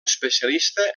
especialista